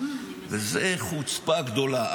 זו חוצפה גדולה.